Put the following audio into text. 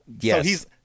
Yes